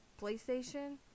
PlayStation